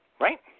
Right